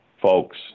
folks